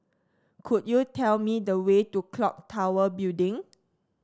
could you tell me the way to clock Tower Building